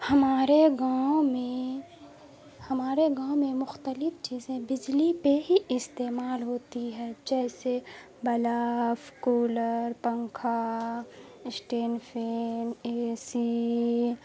ہمارے گاؤں میں ہمارے گاؤں میں مختلف چیزیں بجلی پہ ہی استعمال ہوتی ہے جیسے بلف کولر پنکھا اسٹینڈ فین اے سی